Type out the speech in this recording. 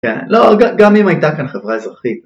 גם אם הייתה כאן חברה אזרחית